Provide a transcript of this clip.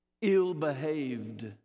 ill-behaved